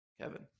Kevin